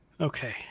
okay